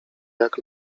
jak